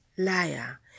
Liar